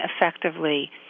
effectively